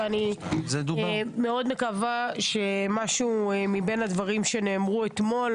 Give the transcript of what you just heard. ואני מאוד מקווה שמשהו מבין הדברים שנאמרו אתמול,